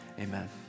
amen